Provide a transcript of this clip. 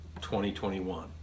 2021